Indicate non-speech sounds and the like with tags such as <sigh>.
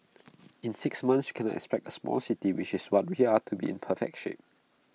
<noise> in six months you cannot expect A small city which is what we are to be in perfect shape